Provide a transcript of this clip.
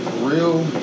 Real